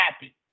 happy